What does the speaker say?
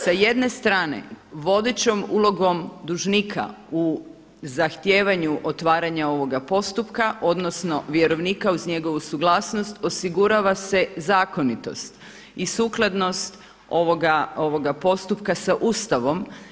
Sa jedne strane vodećom ulogom dužnika u zahtijevanju otvaranja ovoga postupka, odnosno vjerovnika uz njegovu suglasnost osigurava se zakonitost i sukladnost ovoga postupka sa Ustavom.